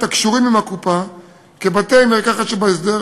הקשורים עם הקופה כבתי-מרקחת שבהסדר,